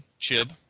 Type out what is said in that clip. Chib